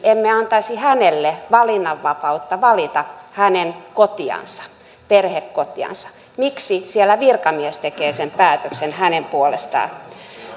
emme antaisi hänelle valinnanvapautta valita kotiansa perhekotiansa miksi siellä virkamies tekee sen päätöksen hänen puolestaan